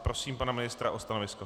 Prosím pana ministra o stanovisko.